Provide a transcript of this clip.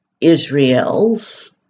Israel's